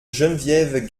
geneviève